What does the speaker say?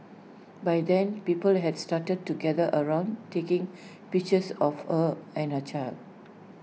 by then people has started to gather around taking pictures of her and her child